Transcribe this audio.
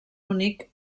únic